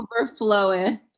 overflowing